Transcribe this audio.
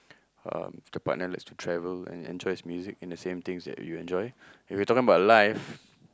um if the partner likes to travel and enjoys music and the same things that you enjoy if we talking about life